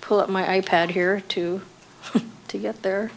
pull up my i pad here too to get there